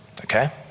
Okay